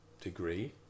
degree